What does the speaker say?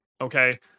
Okay